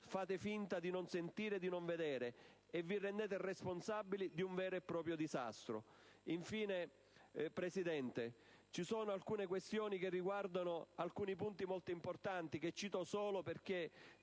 fate finta di non sentire e di non vedere e vi rendete responsabili di un vero e proprio disastro. Infine, Presidente, ci sono alcune questioni che riguardano alcuni punti molto importanti, che cito solo perché